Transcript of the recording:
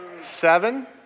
seven